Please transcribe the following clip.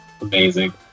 amazing